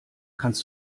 kannst